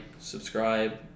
subscribe